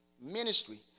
ministry